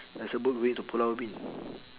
there's a boat going to pulau ubin